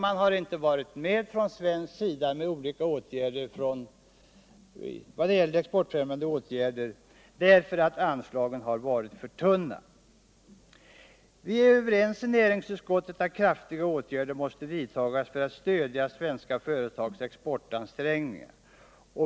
Man har alltså från svensk sida inte vidtagit några exportfrimjande åtgärder eftersom anslagen har varit för tunna. Vi är i näringsutskottet överens om att kraftiga åtgärder måste vidtas för att stödja svenska företags exportansträngningar.